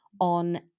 On